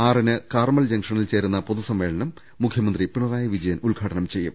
ആറിന് കാർമൽ ജംഗ്ഷനിൽ ചേരുന്ന പൊതു സമ്മേളനം മുഖ്യമന്ത്രി പിണറായി വിജയൻ ഉദ്ഘാടനം ചെയ്യും